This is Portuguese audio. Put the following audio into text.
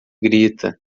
grita